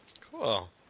Cool